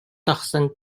тахсан